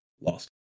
lost